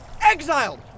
Exiled